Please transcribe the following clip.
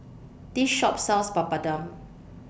This Shop sells Papadum